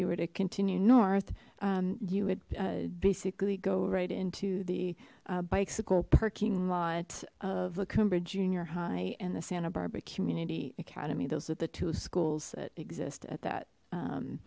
you were to continue north you would basically go right into the bicycle parking lot of the coomber junior high and the santa barbara community academy those are the two schools that exist at that